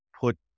put